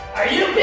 are you